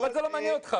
אבל זה לא מעניין אותך.